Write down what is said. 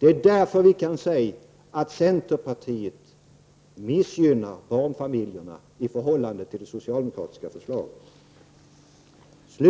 Det är av den anledningen vi kan säga att centerpartiets förslag i förhållande till det socialdemokratiska förslaget